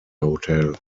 hotel